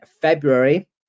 February